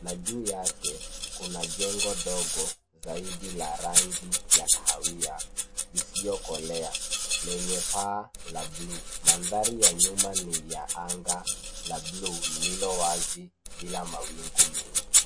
Na juu yake kuna jengo ndogo zaidi la rangi ya kahawia isiyokolea lenye paa la buluu. Mandhari ya nyuma ni ya anga la buluu lililo wazi bila mawingu mengi.